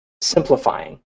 simplifying